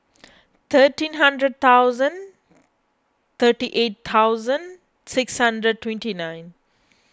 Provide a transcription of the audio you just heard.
thirteen hundred thousand thirty eight thousand six hundred twenty nine